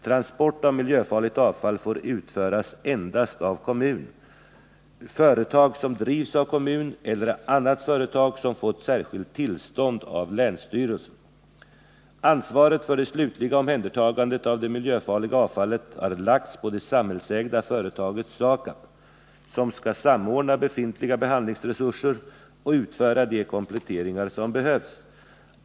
Transport av miljöfarligt avfall får utföras endast av kommun, företag som drivs av kommun eller annat företag som fått särskilt tillstånd av länsstyrelsen. Ansvaret för det slutliga omhändertagandet av det miljöfarliga avfallet har lagts på det samhällsägda företaget SAKAB, som skall samordna befintliga behandlingsresurser och utföra de kompletteringar som behövs.